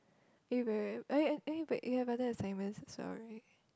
eh you very I I eh but wait you have other assignment also right